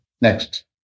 Next